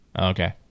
okay